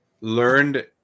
learned